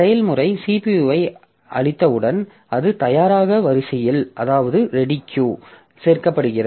செயல்முறை CPU ஐ அளித்தவுடன் அது தயாராக வரிசையில் சேர்க்கப்படுகிறது